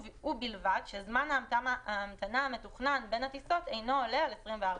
ובלבד שזמן ההמתנה המתוכנן בין הטיסות אינו עולה על 24 שעות,